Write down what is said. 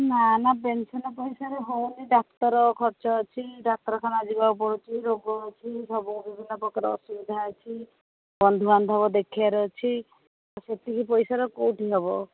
ନା ନା ପେନସନ୍ ପଇସାରେ ହେଉନି ଡ଼ାକ୍ତର ଖର୍ଚ୍ଚ ଅଛି ଡ଼ାକ୍ତରଖାନା ଯିବାକୁ ପଡ଼ୁଛି ରୋଗ ଅଛି ବିଭିନ୍ନ ପ୍ରକାର ଅସୁବିଧା ଅଛି ବନ୍ଧୁବାନ୍ଧବ ଦେଖିବାର ଅଛି ତ ସେତିକି ପଇସାର କୋଉଠି ହେବ